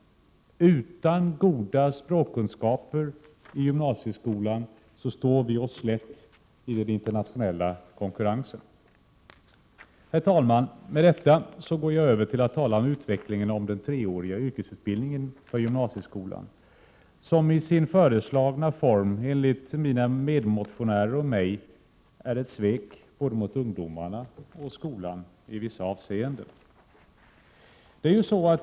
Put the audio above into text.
Med elever utan goda språkkunskaper från gymnasieskolan står sig Sverige slätt i den internationella konkurrensen. Herr talman! Efter denna inledning övergår jag till att tala om utvecklingen av den treåriga yrkesutbildningen på gymnasieskolan, som i sin föreslagna form enligt mig och mina medmotionärer är ett svek både mot ungdomarna och mot skolan i vissa avseenden.